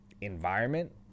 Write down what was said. environment